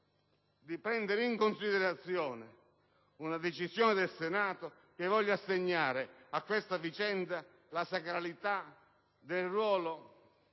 di prendere in considerazione una decisione del Senato che voglia assegnare a tale vicenda la sacralità del ruolo